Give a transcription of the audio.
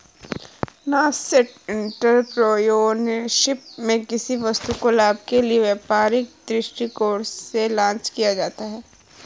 nascent entrepreneurship में किसी वस्तु को लाभ के लिए व्यापारिक दृष्टिकोण से लॉन्च किया जाता है